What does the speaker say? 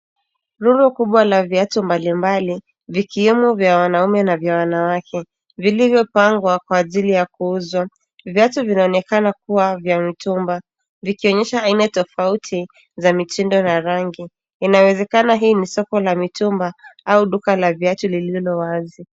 Rundo kubwa la viatu mbali mbali, vikiwemo vya wanaume na vya wanawake, vilivyopangwa kwa ajili ya kuuzwa. Viatu vinaonekana kua vya mtumba, vikionyesha aina tofauti za mitindo na rangi. Inawezekana hii ni soko la mitumba au duka la viatu lililo wazi.